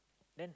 then